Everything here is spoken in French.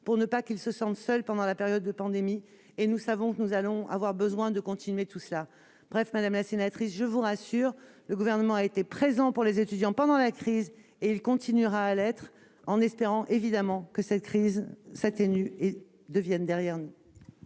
pour qu'ils ne se sentent pas seuls pendant la période de pandémie. Nous savons que nous aurons besoin de poursuivre toutes ces actions. Bref, madame la sénatrice, je vous rassure, le Gouvernement a été présent pour les étudiants pendant la crise. Il continuera à l'être, en espérant naturellement que cette crise s'atténue et soit bientôt derrière nous.